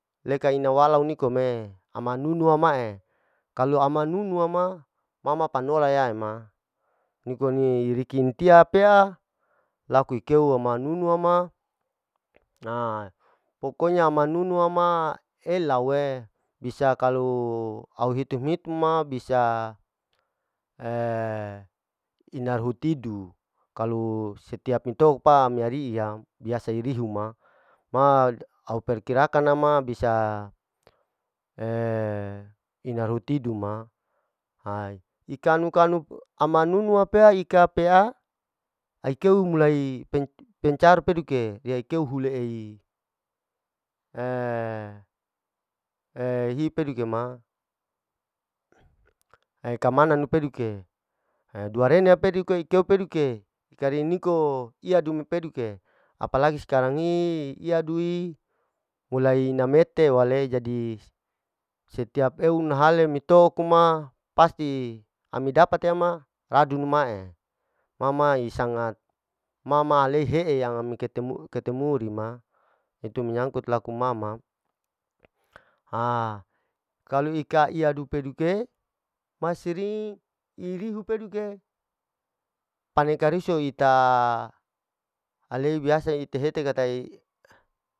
Leka ina wala nikom e, ama nunu am'e, kalu ama nunu ama, ma ma panola ye ema, nikon ne nikon rikintia pea laku ikeu ama nunu ama, ha pokonya ama nunu ama ellau e, bisa kalu au hitum- hitum ma bisa inarhutidu kalu setiap me toipa ina meria biasa irihu ma ma au perkirakan na ma bisa ina ruhutidu ma, haa ikanu-kanu ama anunu pea ika pea ai keu mulai pen-pencar peduke riya ikeu hule'i hii pedukema ae kamanan peduke, ha dua rene peduke ikeu peduke ikare niko iadume peduke, apalagi skarang ii iyadui, mulai ina mete wale jadi setiap eu nahale metokuma pasti ami dapat te ma radum ma'e, ma ma'i sangat ma ma aleihe yang ami ketemu ketemu dima yaitu menyangkut laku ma ma, haa kalu ika iya dupe duke ma sering iruhu peduke paneka riso ita ale biasa ite hete ktata'e.